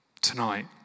Tonight